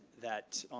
that